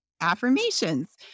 affirmations